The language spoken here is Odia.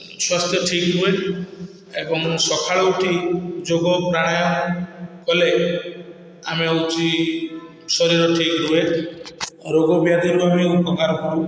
ସ୍ଵାସ୍ଥ୍ୟ ଠିକ୍ ହୁଏ ଏବଂ ସକାଳୁ ଉଠି ଯୋଗ ପ୍ରାଣାୟାମ କଲେ ଆମେ ହେଉଛି ଶରୀର ଠିକ୍ ରୁହେ ରୋଗ ଆଦିରୁ ଆମେ ଉପକାର ପାଉ